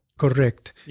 Correct